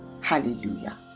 Hallelujah